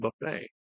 Buffet